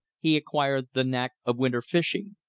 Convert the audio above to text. he acquired the knack of winter fishing.